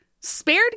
spared